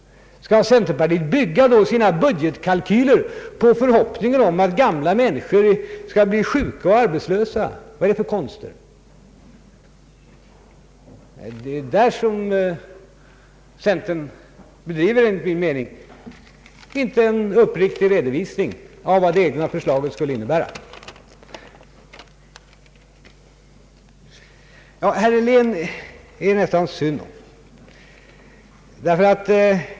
Skall centerpartiet bygga sina budgetkalkyler på förhoppningen att gamla människor skall bli sjuka och arbetslösa? Vad är det för konster? Det är där som centern enligt min mening inte ger en uppriktig redovisning av vad det egna förslaget skulle innebära. Det är nästan synd om herr Helén.